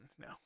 no